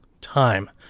time